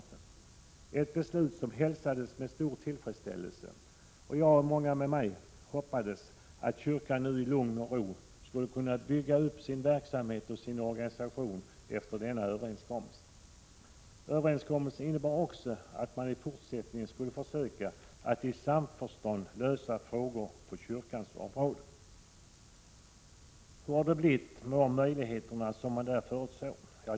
Det var ett beslut som hälsades med stor tillfredsställelse, och jag och många med mig hoppades att kyrkan nu i lugn och ro skulle kunna bygga sin verksamhet och organisation efter denna överenskommelse. Överenskommelsen innebar också att man i fortsättningen skulle försöka att i samförstånd lösa frågor på kyrkans område. Hur har det blivit med de möjligheter som förutsågs?